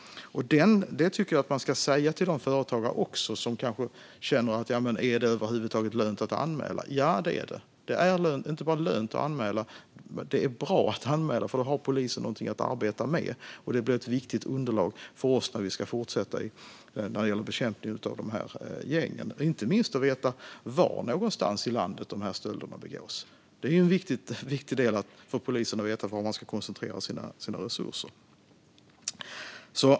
Det tycker jag att man ska säga till de företagare som kanske frågar sig om det över huvud taget är lönt att anmäla. Ja, det är det. Det är inte bara lönt att anmäla; det är bra att anmäla, för då har polisen någonting att arbeta med. Det blir ett viktigt underlag för oss när vi ska fortsätta vår bekämpning av de här gängen, inte minst för att vi ska veta var någonstans i landet stölderna begås. Det är ju viktigt för polisen att veta var man ska koncentrera sina resurser.